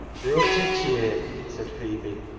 reitch a cheer, said phebe,